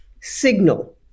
signal